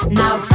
now